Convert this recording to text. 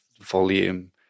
volume